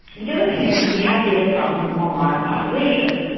the other thing is we have data from more modern populations.